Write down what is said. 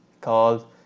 called